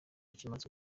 kimaze